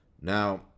Now